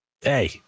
Hey